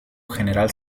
general